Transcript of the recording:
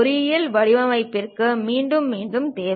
பொறியியல் வடிவமைப்பிற்கு மீண்டும் மீண்டும் தேவை